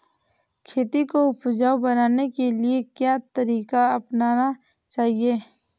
खेती को उपजाऊ बनाने के लिए क्या तरीका अपनाना चाहिए?